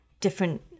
different